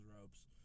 ropes